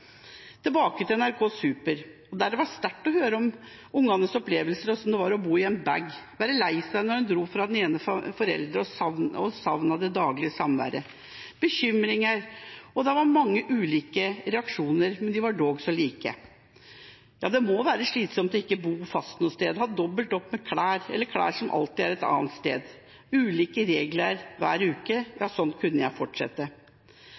Tilbake til NRK Super, der det var sterkt å høre barnas opplevelser om hvordan det var å bo i en bag, om være lei seg når en dro fra den ene av foreldrene, om savnet av det daglige samværet og om bekymringer. Det var mange ulike reaksjoner, men de var dog så like. Det må være slitsomt ikke å bo fast noe sted, ha dobbelt opp med klær eller klær som alltid er et annet sted – ulike regler hver uke. Ja, slik kunne jeg